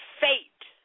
fate